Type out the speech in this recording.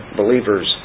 believers